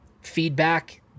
feedback